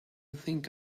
think